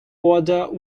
order